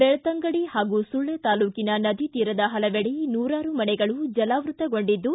ಬೆಕ್ತಂಗಡಿ ಹಾಗೂ ಸುಳ್ಯ ತಾಲೂಕಿನ ನದಿತೀರದ ಪಲವೆಡೆ ನೂರಾರು ಮನೆಗಳು ಜಲಾವೃತಗೊಂಡಿದ್ದು